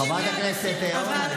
חברת הכנסת אורנה,